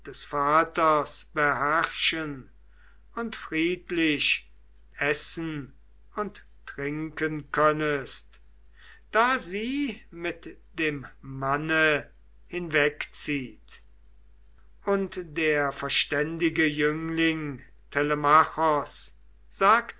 des vaters beherrschen und friedlich essen und trinken könnest da sie mit dem manne hinwegzieht und der verständige jüngling